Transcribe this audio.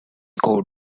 coat